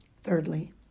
Thirdly